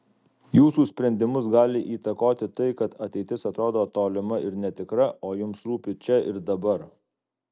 jūsų sprendimus gali įtakoti tai kad ateitis atrodo tolima ir netikra o jums rūpi čia ir dabar